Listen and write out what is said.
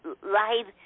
Live